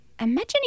imagine